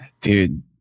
Dude